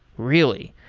really?